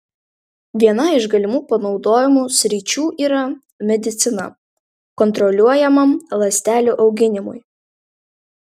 viena iš galimų panaudojimo sričių yra medicina kontroliuojamam ląstelių auginimui